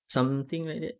something like that